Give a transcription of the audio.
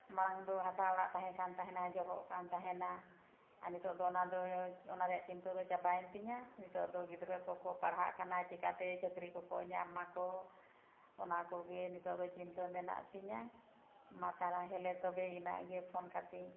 ᱢᱟᱲᱟᱝ ᱫᱚ ᱦᱟᱥᱟ ᱚᱲᱟᱜ ᱛᱟᱦᱮᱸ ᱠᱟᱱ ᱛᱟᱦᱮᱱᱟ ᱡᱚᱨᱚᱜ ᱠᱟᱱ ᱛᱟᱦᱮᱱᱟ ᱟᱨ ᱱᱤᱛᱳᱜ ᱫᱚ ᱚᱱᱟ ᱫᱚ ᱚᱱᱟ ᱨᱮᱱᱟᱜ ᱪᱤᱱᱛᱟᱹ ᱫᱚ ᱪᱟᱵᱟᱭᱮᱱ ᱛᱤᱧᱟᱹ ᱱᱤᱛᱳᱜ ᱫᱚ ᱜᱤᱫᱽᱨᱟᱹ ᱠᱚᱠᱚ ᱯᱟᱲᱦᱟᱜ ᱠᱟᱱᱟ ᱪᱤᱠᱟᱹᱛᱮ ᱪᱟᱹᱠᱨᱤ ᱠᱚᱠᱚ ᱧᱟᱢᱟᱠᱚ ᱚᱱᱟ ᱠᱚᱜᱮ ᱱᱤᱛᱳᱜ ᱫᱚ ᱪᱤᱱᱛᱟᱹ ᱢᱮᱱᱟᱜ ᱛᱤᱧᱟᱹ ᱢᱟ ᱛᱟᱦᱞᱮ ᱛᱚᱵᱮ ᱤᱱᱟᱹᱜ ᱜᱮ ᱯᱷᱳᱱ ᱠᱟᱛᱤᱧ